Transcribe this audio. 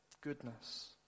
goodness